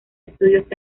estudios